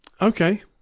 Okay